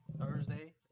Thursday